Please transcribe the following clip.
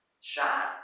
shot